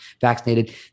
vaccinated